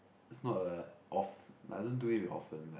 it's not a oft~ I don't do it often like